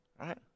Right